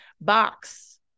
box